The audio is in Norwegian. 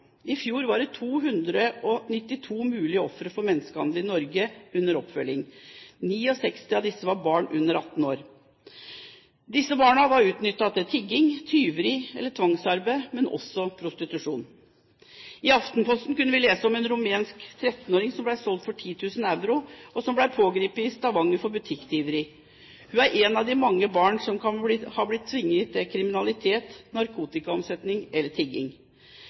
292 mulige ofre for menneskehandel i Norge under oppfølging. 69 av disse var barn under 18 år. Disse barna var utnyttet til tigging, tyveri eller tvangsarbeid, men også prostitusjon. I Aftenposten kunne vi lese om en rumensk 13-åring som ble solgt for 10 000 euro, og som ble pågrepet i Stavanger for butikktyveri. Hun er ett av mange barn som kan ha blitt tvunget til kriminalitet, narkotikaomsetning eller tigging.